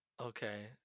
okay